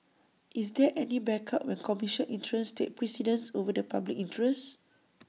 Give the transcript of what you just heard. is there any backup when commercial interests take precedence over the public interest